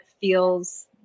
feels